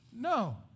No